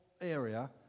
area